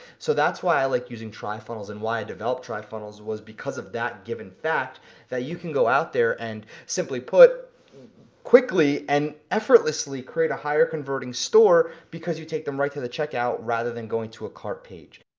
so that's why i like using trifunnels, and why i developed trifunnels was because of that given fact that you can go out there and simply put quickly and effortlessly create a higher converting store because you take them right to the checkout, rather than going to a cart page.